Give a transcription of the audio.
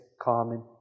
common